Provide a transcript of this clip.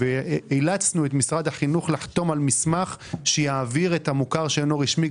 ואילצנו את משרד החינוך לחתום על מסמך שיעביר את המוכר שאינו רשמי,